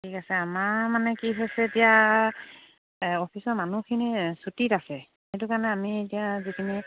ঠিক আছে আমাৰ মানে কি হৈছে এতিয়া অফিচৰ মানুহখিনি ছুটিত আছে সেইটো কাৰণে আমি এতিয়া যিখিনি